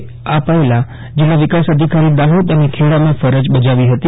એ આ પહેલાં જિલ્લા વિકાસ અધિકારી દાહોદ અને ખેડામાં ફરજ બજાવી હતી